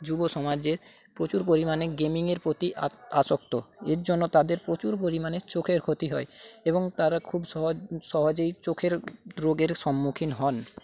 যুবসমাজের প্রচুর পরিমাণে গেমিংয়ের প্রতি আসক্ত এর জন্য তাদের প্রচুর পরিমাণে চোখের ক্ষতি হয় এবং তারা খুব সহজেই চোখের রোগের সম্মুখীন হন